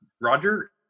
Roger